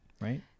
Right